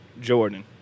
Jordan